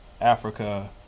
Africa